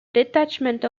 detachment